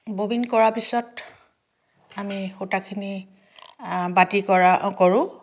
bobbin কৰাৰ পিছত আমি সূতাখিনি বাতি কৰা কৰোঁ